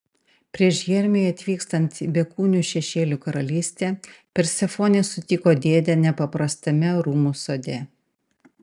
prieš hermiui atvykstant į bekūnių šešėlių karalystę persefonė sutiko dėdę nepaprastame rūmų sode